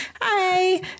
Hi